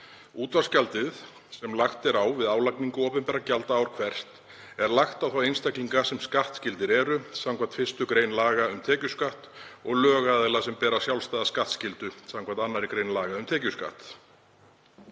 Útvarpsgjaldið, sem lagt er á við álagningu opinberra gjalda ár hvert, er lagt á þá einstaklinga sem skattskyldir eru samkvæmt 1. gr. laga um tekjuskatt og lögaðila sem bera sjálfstæða skattskyldu samkvæmt 2. gr. laga um tekjuskatt,